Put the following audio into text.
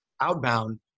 outbound